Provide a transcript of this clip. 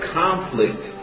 conflict